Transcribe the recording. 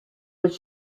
was